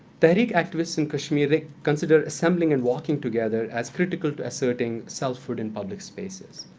tehreek activists in kashmir, they consider assembling and walking together as critical to asserting self-rule in public spaces.